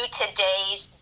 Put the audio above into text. today's